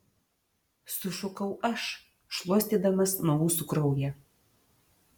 sušukau aš šluostydamas nuo ūsų kraują